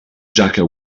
jaka